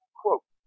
quote